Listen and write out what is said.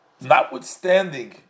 Notwithstanding